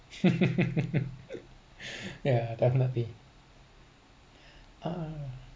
yeah definitely uh